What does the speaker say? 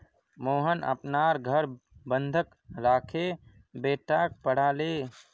मोहन अपनार घर बंधक राखे बेटाक पढ़ाले